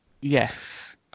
Yes